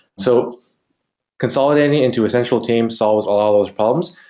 so consolidating into a central team solves all those problems,